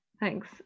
Thanks